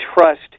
trust